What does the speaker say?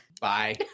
Bye